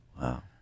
Wow